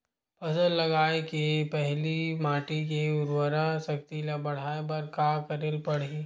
फसल लगाय के पहिली माटी के उरवरा शक्ति ल बढ़ाय बर का करेला पढ़ही?